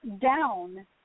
down